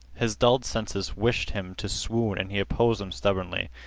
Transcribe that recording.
his dulled senses wished him to swoon and he opposed them stubbornly,